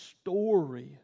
story